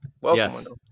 Welcome